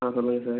ஆ சொல்லுங்கள் சார்